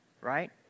right